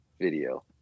video